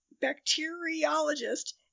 bacteriologist